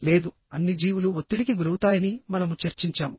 లేదు అన్ని జీవులు ఒత్తిడికి గురవుతాయని మనము చర్చించాము